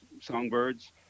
songbirds